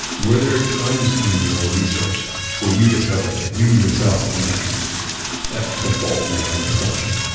were there times in your research where you discovered that you, yourself, were making a default male assumption?